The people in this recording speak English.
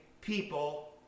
people